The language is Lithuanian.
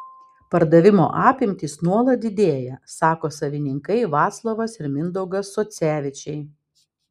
pardavimo apimtys nuolat didėja sako savininkai vaclovas ir mindaugas socevičiai